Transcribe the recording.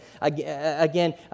Again